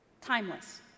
Timeless